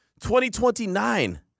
2029